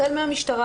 החל מן המשטרה,